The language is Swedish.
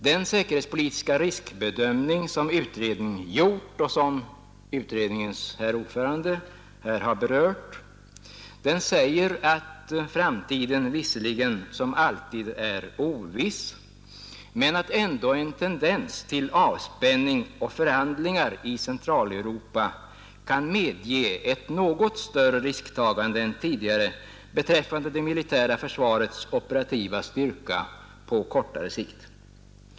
Den säkerhetspolitiska riskbedömning som utredningen har gjort — och som utredningens ordförande här har berört — säger att framtiden visserligen som alltid är oviss, men att ändå en tendens till avspänning och förhandlingar i Centraleuropa kan medge ett något större risktagande än tidigare beträffande det militära försvarets operativa styrka på kortare sikt.